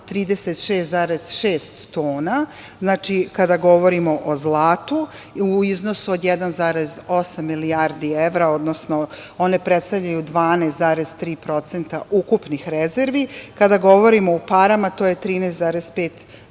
36,6 tona, znači kada govorimo o zlatu, u iznosu od 1,8 milijardi evra, odnosno one predstavljaju 12,3% ukupnih rezervi, kada govorimo u parama to je 13,5